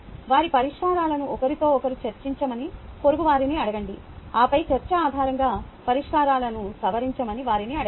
వారి పరిష్కారాలను ఒకరితో ఒకరు చర్చించమని పొరుగువారిని అడగండి ఆపై చర్చ ఆధారంగా పరిష్కారాలను సవరించమని వారిని అడగండి